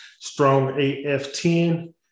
StrongAF10